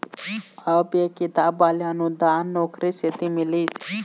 अब ये किताब वाले अनुदान ओखरे सेती मिलिस